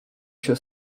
się